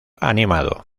animado